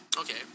Okay